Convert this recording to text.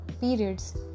periods